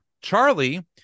Charlie